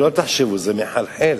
שלא תחשבו, זה מחלחל.